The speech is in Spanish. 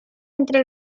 entre